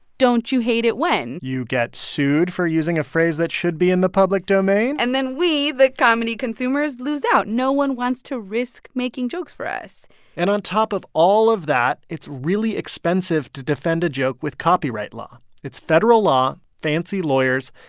don't you hate it when. you get sued for using a phrase that should be in the public domain? and then we, the comedy consumers, lose out. no one wants to risk making jokes for us and on top of all of that it's really expensive to defend a joke with copyright law. it's federal law, fancy lawyers.